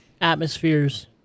atmospheres